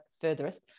furthest